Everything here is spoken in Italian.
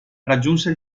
raggiunse